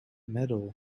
metal